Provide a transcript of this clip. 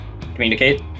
communicate